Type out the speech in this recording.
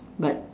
but